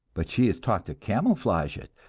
but she is taught to camouflage it,